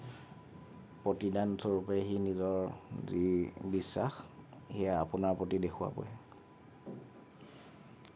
ৰ্প্ৰতিদানস্বৰূপে সি নিজৰ যি বিশ্বাস সেয়া আপোনাৰ প্ৰতি দেখুৱাবই